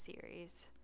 series